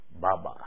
Baba